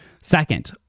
Second